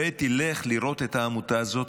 ותלך לראות את העמותה הזאת,